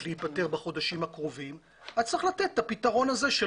להיפתר בחודשים הקרובים אז צריך לתת את הפתרון הזה של